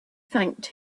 thanked